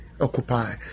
Occupy